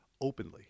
openly